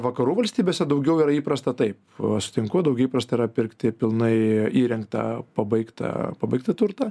vakarų valstybėse daugiau yra įprasta taip sutinku daugiau įprasta pirkti pilnai įrengtą pabaigtą pabaigti turtą